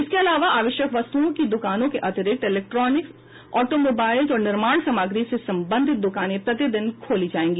इसके अलावा आवश्यक वस्तुओं की दुकानों के अतिरिक्त इलेक्ट्रॉनिक्स ऑटोमाईबाइल और निर्माण सामग्री से संबंधित दुकानें प्रतिदिन खोली जायेंगी